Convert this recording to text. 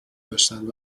داشتند